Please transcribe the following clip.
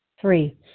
Three